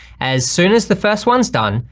as soon as the first one's done,